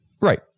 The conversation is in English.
Right